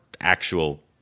actual